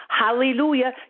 hallelujah